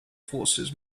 forces